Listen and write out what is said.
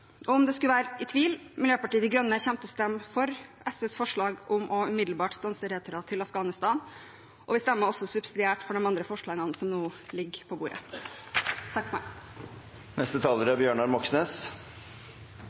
Og om det skulle være tvil: Miljøpartiet De Grønne kommer til å stemme for SVs forslag om umiddelbart å stanse returer til Afghanistan. Vi stemmer også subsidiært for de andre forslagene som nå ligger på bordet.